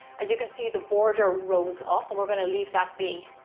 as you can see the border roads up and we're gonna leave that be.